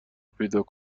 پیدا